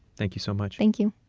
thank you so much thank you